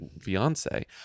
fiance